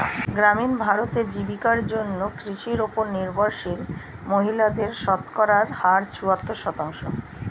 গ্রামীণ ভারতে, জীবিকার জন্য কৃষির উপর নির্ভরশীল মহিলাদের শতকরা হার চুয়াত্তর শতাংশ